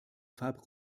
fabre